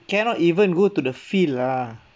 cannot even go to the field lah